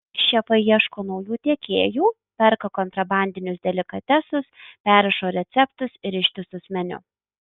šefai ieško naujų tiekėjų perka kontrabandinius delikatesus perrašo receptus ir ištisus meniu